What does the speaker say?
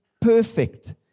perfect